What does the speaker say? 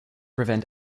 prevent